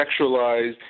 sexualized